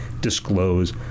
disclose